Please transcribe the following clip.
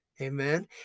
Amen